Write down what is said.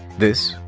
this,